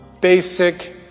basic